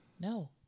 No